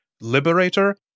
Liberator